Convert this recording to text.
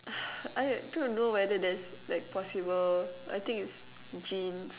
I don't know whether that's like possible I think it's genes